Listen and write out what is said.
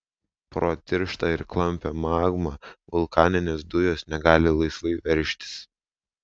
pro tirštą ir klampią magmą vulkaninės dujos negali laisvai veržtis